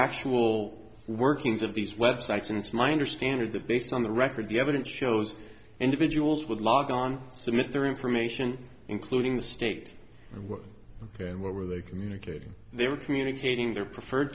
actual workings of these websites and it's my understanding the based on the record the evidence shows individuals would log on submit their information including the state and work there and what were they communicating they were communicating their preferred